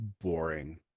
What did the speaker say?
boring